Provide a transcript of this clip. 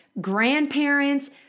grandparents